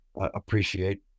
appreciate